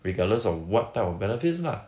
regardless of what type of benefits lah